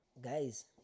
Guys